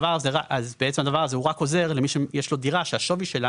הדבר הזה עוזר רק למי שיש לו דירה שהשווי שלה